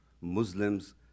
Muslims